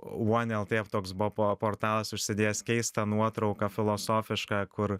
uoneltoje toks buvo portalas užsidėjęs keistą nuotrauką filosofišką kur